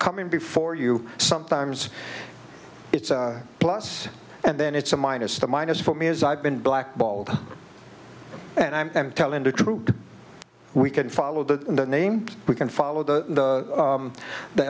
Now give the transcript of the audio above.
coming before you sometimes it's a plus and then it's a minus the minus for me is i've been blackballed and i'm telling the truth we can follow the name we can follow the the